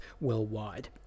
worldwide